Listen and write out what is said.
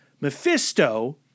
Mephisto